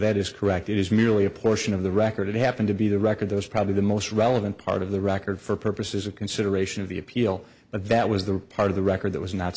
that is correct it is merely a portion of the record it happened to be the record those probably the most relevant part of the record for purposes of consideration of the appeal but that was the part of the record that was not